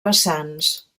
vessants